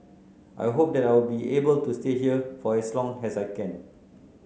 I hope that I will be able to stay here for as long as I can